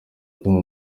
bituma